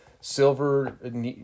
silver